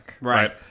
right